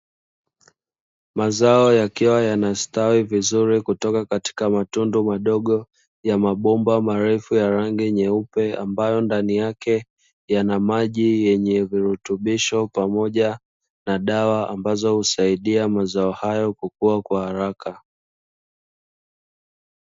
Mazao yakiwa yanastawi vizuri kutoka katika matundu madogo, ya mabomba marefu ya rangi nyeupe ambayo ndani yake yana maji yenye virutubisho, pamoja na dawa ambazo husaidia mazao hayo kukua kwa haraka.